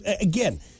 again